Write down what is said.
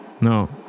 no